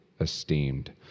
esteemed